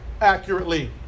accurately